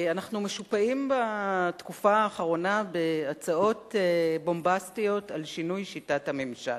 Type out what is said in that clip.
אנחנו משופעים בתקופה האחרונה בהצעות בומבסטיות על שינוי שיטת הממשל.